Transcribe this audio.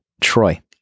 Troy